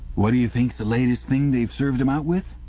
what d'you think's the latest thing they've served them out with?